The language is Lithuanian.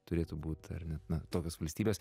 turėtų būt ar ne na tokios valstybės